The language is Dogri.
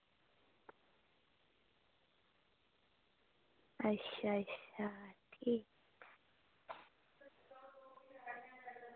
अच्छा अच्छा ठीक